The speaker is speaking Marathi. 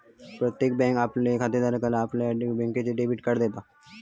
प्रत्येक बँक खातेधाराक आपल्या बँकेचा डेबिट कार्ड देता